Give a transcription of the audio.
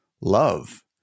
love